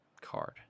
card